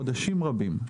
חודשים רבים,